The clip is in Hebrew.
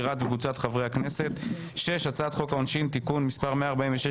חוק ומשפט וועדת הבריאות: 1. הצעת חוק העונשין (תיקון - החמרת ענישה